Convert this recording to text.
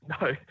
No